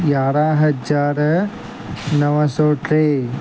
यारहं हज़ार नव सौ टे